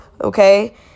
okay